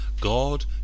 God